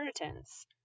inheritance